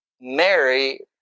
Mary